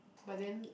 but then